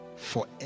forever